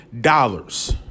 dollars